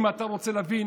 אם אתה רוצה להבין